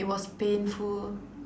it was painful